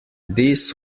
this